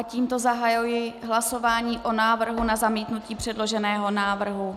Tímto zahajuji hlasování o návrhu na zamítnutí předloženého návrhu.